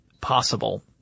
possible